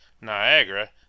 Niagara